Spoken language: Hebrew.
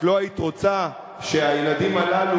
לא היית רוצה שהילדים הללו,